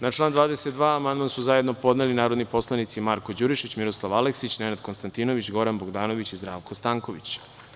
Na član 22. amandman su zajedno podneli narodni poslanici Marko Đurišić, Miroslav Aleksić, Nenad Konstantinović, Goran Bogdanović i Zdravko Stanković.